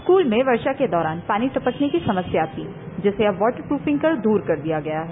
school में वर्षा के दौरान पानी टपकने की समस्या थी जिसे वाटर प्रफिंग कर द्रर कर दिया गया है